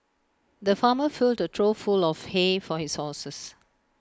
the farmer filled A trough full of hay for his horses